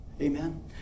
Amen